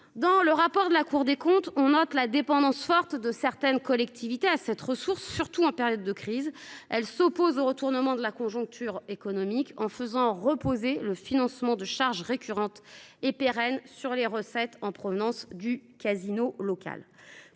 Dans le rapport de la Cour des comptes, on note la dépendance forte de certaines collectivités à cette ressource, surtout en période de crise, elle s'oppose au retournement de la conjoncture économique en faisant reposer le financement de charges récurrentes et pérenne sur les recettes en provenance du casino local